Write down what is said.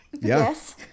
Yes